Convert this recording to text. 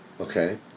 okay